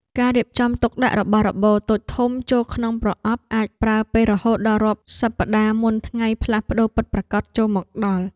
ការរៀបចំទុកដាក់របស់របរតូចធំចូលក្នុងប្រអប់អាចប្រើពេលរហូតដល់រាប់សប្ដាហ៍មុនថ្ងៃផ្លាស់ប្ដូរពិតប្រាកដចូលមកដល់។